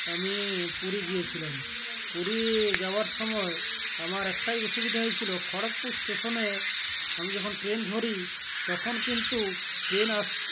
আমি পুরী গিয়েছিলাম পুরী যাওয়ার সময় আমার একটাই অসুবিধা হয়েছিল খড়গপুর স্টেশনে আমি যখন ট্রেন ধরি তখন কিন্তু ট্রেন আস